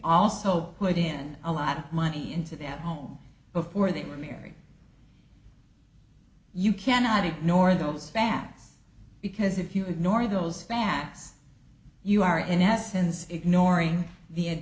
also put in a lot of money into that home before they were married you cannot ignore those facts because if you ignore those facts you are in essence ignoring the